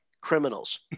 criminals